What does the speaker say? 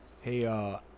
Hey